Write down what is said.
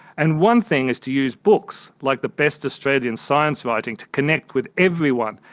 and one thing is to use books like the best australian science writing to connect with everyone,